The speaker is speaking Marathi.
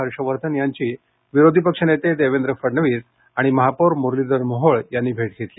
हर्ष वर्धन यांची विरोधीपक्ष नेते देवेंद्र फडणवीस आणि महापौर मुरलीधर मोहोळ यांनी भेट घेतली